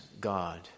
God